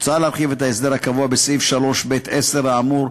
מוצע להרחיב את ההסדר הקבוע בסעיף 3(ב)(10) האמור,